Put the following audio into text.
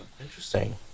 Interesting